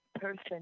person